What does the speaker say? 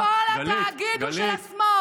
כל התאגיד הוא של השמאל.